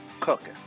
cooking